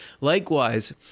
Likewise